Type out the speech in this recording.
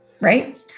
right